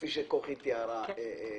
כפי שכוכי שבתאי תיארה עכשיו,